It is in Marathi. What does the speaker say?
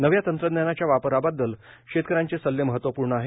नव्या तंत्रज्ञानाच्या वापराबाबत शेतकऱ्यांचे सल्ले महत्वपूर्ण आहेत